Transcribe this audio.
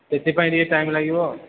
ସେଥିପାଇଁ ଟିକେ ଟାଇମ୍ ଲାଗିବ